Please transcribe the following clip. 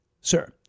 sir